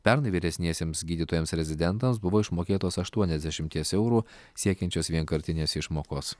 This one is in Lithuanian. pernai vyresniesiems gydytojams rezidentams buvo išmokėtos aštuoniasdešimties eurų siekiančios vienkartinės išmokos